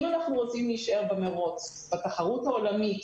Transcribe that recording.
אם אנחנו רוצים להישאר במרוץ בתחרות העולמית,